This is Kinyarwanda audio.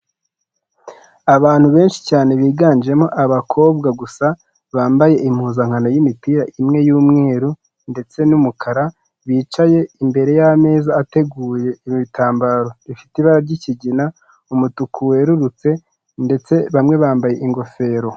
Abantu benshi cyane biganjemo abakobwa gusa, bambaye impuzankano y'imipira imwe y'umweru ndetse n'umukara, bicaye imbere y'ameza ateguye ibitambaro bifite ibara ry'ikigina, umutuku werurutse ndetse bamwe bambaye ingofero.